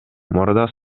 мурда